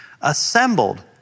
assembled